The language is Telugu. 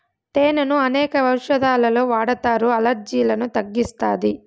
తేనెను అనేక ఔషదాలలో వాడతారు, అలర్జీలను తగ్గిస్తాది